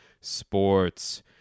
sports